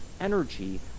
energy